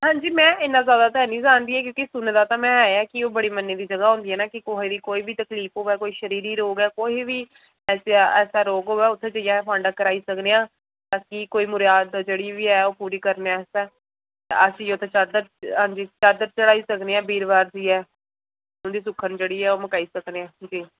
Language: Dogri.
हां जी में इन्ना ज्यादा ते ऐ नी जानदी ते क्योंकि सुने दा ते ऐ में कि ओह् बड़ी मन्नी दी जगह होदियां न कि कुसै गी कोई बी तकलीफ होवे कोई शरीरी रोग ऐ कोई बी ऐसा रोग होए उत्थै जाइयै अस फांडा करवाई सकने आं बाकी कोई मुरयाद जेहड़ी बी ऐ ओह् पूरी करने आस्तै अस उत्थै जाइयै चादर चढ़ाई सकने आं बीरबार जाइयै तुंदी सुक्खन जेहड़ी ऐ ओह् मकाई सकने आं जाइयै